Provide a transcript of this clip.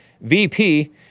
VP